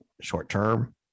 short-term